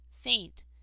faint